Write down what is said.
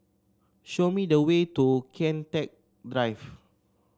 show me the way to Kian Teck Drive